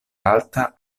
alta